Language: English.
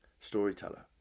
storyteller